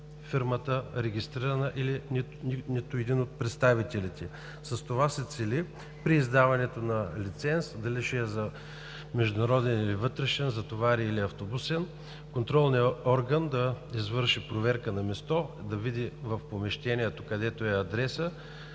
откриваха регистрираната фирма или нито един от представителите ѝ. С това се цели при издаването на лиценз – дали ще е за международен или вътрешен, за товар или автобусен, контролният орган да извърши проверка на място, да види в помещението, където е адресът,